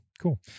cool